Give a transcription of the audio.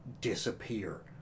disappear